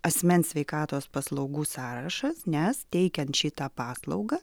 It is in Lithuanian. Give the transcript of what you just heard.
asmens sveikatos paslaugų sąrašas nes teikiant šitą paslaugą